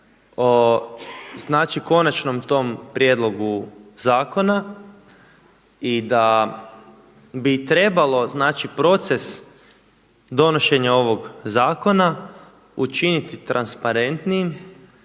konačnom tom prijedlogu zakona i da bi trebalo proces donošenja ovog zakona učiniti transparentnijim